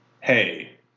Hey